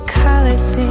colors